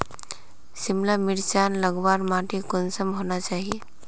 सिमला मिर्चान लगवार माटी कुंसम होना चही?